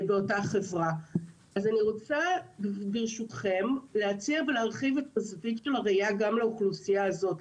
אני רוצה להציע ולהרחיב את הזווית של הראייה גם לאוכלוסייה הזאת,